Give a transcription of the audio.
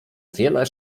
wiele